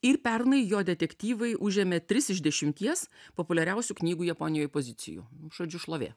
ir pernai jo detektyvai užėmė tris iš dešimties populiariausių knygų japonijoj pozicijų žodžiu šlovė